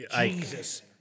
Jesus